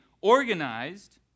organized